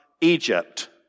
Egypt